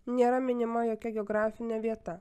nėra minima jokia geografinė vieta